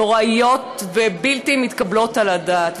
נוראיות ובלתי מתקבלות על הדעת,